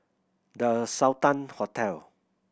The Sultan Hotel